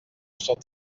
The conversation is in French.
sont